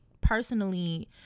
personally